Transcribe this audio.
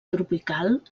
tropical